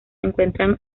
encuentran